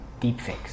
deepfakes